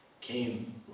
Came